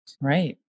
Right